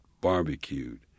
barbecued